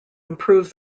improve